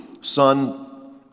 son